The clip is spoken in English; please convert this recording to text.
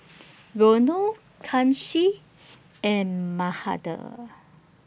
Renu Kanshi and Mahade